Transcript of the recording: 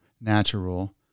natural